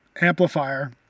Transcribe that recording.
amplifier